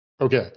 Okay